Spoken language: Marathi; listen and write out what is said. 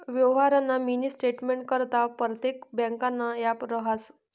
यवहारना मिनी स्टेटमेंटकरता परतेक ब्यांकनं ॲप रहास